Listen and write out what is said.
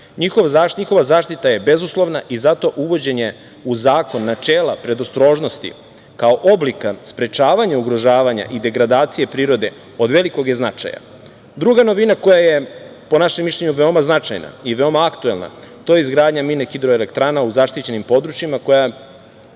značaj. Njihova zaštita je bezuslovna i zato uvođenje u zakon načela predostrožnosti, kao oblika sprečavanja ugrožavanja i degradacije prirode, od velikog je značaja. Druga novina koja je po našem mišljenju veoma značajna, i veoma aktuelna, to je izgradnja mini hidroelektrana u zaštićenim područjima, koja